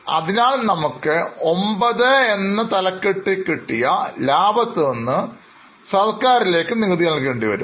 അതിനാൽ നമുക്ക് IX ഭാഗത്ത് നേടിയ ലാഭത്തിൽ നിന്നു സർക്കാരിലേക്ക് നികുതി നൽകേണ്ടിവരും